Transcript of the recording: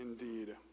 indeed